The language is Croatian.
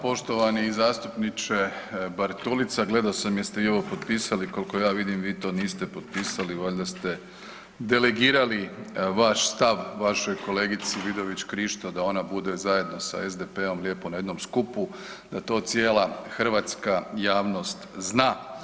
Poštovani zastupniče Bartulica, gledao sam jeste i ovo potpisali, kolko ja vidim vi to niste potpisali, valjda ste delegirali vaš stav vašoj kolegici Vidović Krišto da ona bude zajedno sa SDP-om lijepo na jednom skupu, da to cijela Hrvatska javnost zna.